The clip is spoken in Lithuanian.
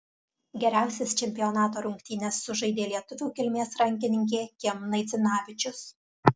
geriausias čempionato rungtynes sužaidė lietuvių kilmės rankininkė kim naidzinavičius